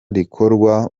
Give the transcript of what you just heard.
rikorwa